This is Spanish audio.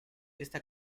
está